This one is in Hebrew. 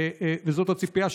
וזאת הציפייה,